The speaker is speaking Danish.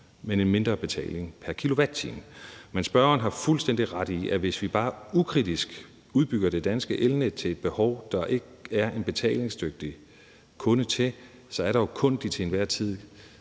men en mindre betaling pr. kilowatt-time. Men spørgeren har fuldstændig ret i, at hvis vi bare ukritisk udbygger det danske elnet til et behov, der ikke er en betalingsdygtig kunde til at dække, så er der jo kun de til enhver tid